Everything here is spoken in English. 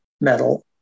metal